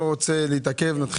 הנושא שעל סדר היום הוא הצעה לדיון